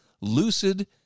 lucid